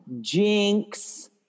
Jinx